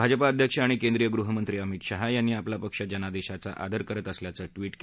भाजपा अध्यक्ष आणि केंद्रीय गृहमंत्री अमित शाह यांनी आपला पक्ष जनादेशाचा आदर करत असल्याचं ट्विट केलं आहे